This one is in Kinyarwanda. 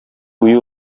uyu